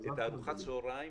את ארוחת הצוהריים